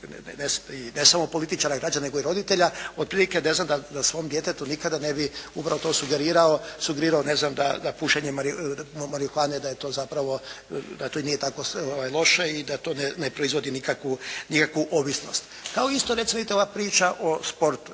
ne samo političara i građanina nego i roditelja, otprilike ne znam da svom djetetu nikada ne bih upravo to sugerirao da pušenje marihuane, da to nije tako loše i da to ne proizvodi nikakvu ovisnost. Kao isto, recimo vidite ova priča o sportu